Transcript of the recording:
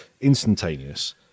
instantaneous